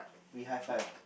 we hi fived